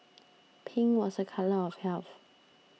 pink was a colour of health